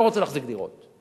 לא רוצה להחזיק דירות.